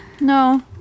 No